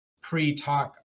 pre-talk